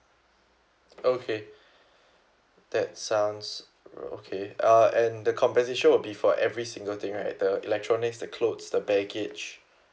okay that sounds okay uh and the compensation will be for every single thing right the electronics the clothes the baggage